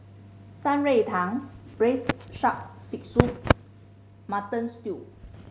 Shan Rui Tang braise shark fin soup Mutton Stew